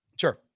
Sure